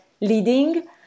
leading